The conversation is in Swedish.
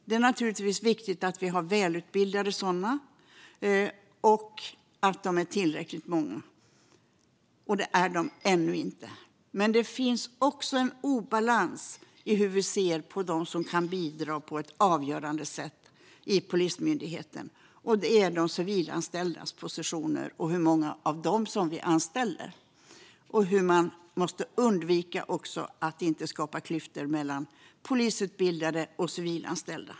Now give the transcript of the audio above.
Det är naturligtvis viktigt att vi har välutbildade sådana och att de är tillräckligt många. Det är de ännu inte. Men det finns en obalans i hur vi ser på dem som kan bidra på ett avgörande sätt inom Polismyndigheten. Det gäller de civilanställdas positioner och hur många av dem vi anställer. Man måste också undvika att skapa klyftor mellan polisutbildade och civilanställda.